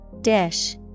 Dish